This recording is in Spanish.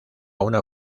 una